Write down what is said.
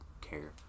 care